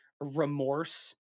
remorse